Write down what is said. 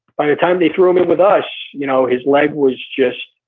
by the time they threw him in with us you know his leg was just,